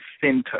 center